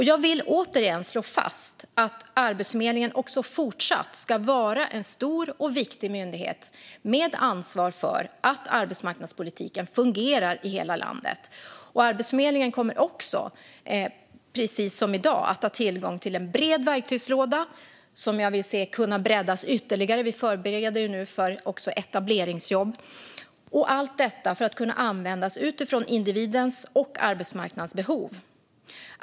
Jag vill återigen slå fast att Arbetsförmedlingen också fortsatt ska vara en stor och viktig myndighet med ansvar för att arbetsmarknadspolitiken fungerar i hela landet. Arbetsförmedlingen kommer, precis som i dag, att ha tillgång till en bred verktygslåda, som jag vill se breddas ytterligare. Vi förbereder nu för etableringsjobb. Allt detta ska kunna användas utifrån individens och arbetsmarknadens behov.